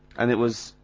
and it was.